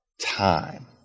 time